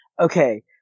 okay